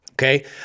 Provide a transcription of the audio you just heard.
Okay